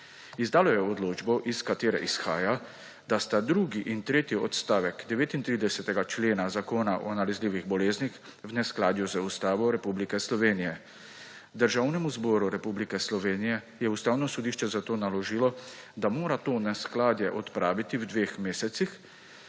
Izdalo je odločbo, iz katere izhaja, da sta drugi in tretji odstavek 39. člena Zakona o nalezljivih boleznih v neskladju z Ustavo Republike Slovenije. Državnemu zboru Republike Slovenije je Ustavno sodišče zato naložilo, da mora to neskladje odpraviti v dveh mesecih,